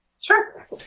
sure